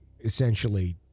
essentially